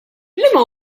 liema